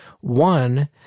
One